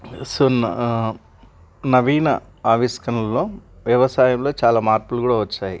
వస్తున్న నవీన ఆవిష్కరణలో వ్యవసాయంలో చాలా మార్పులు కూడా వచ్చాయి